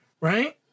Right